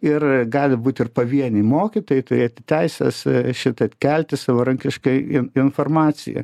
ir gali būt ir pavieniai mokytojai turėti teises šitaip kelti savarankiškai in informaciją